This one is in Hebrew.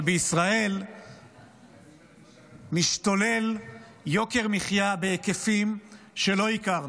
בישראל משתולל יוקר מחיה בהיקפים שלא הכרנו,